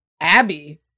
Abby